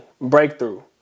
breakthrough